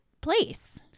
place